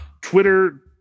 Twitter